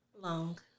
Long